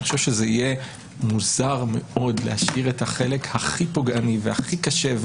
זה יהיה מוזר מאוד להשאיר את החלק הכי פוגעני והכי קשה,